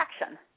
action